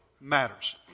matters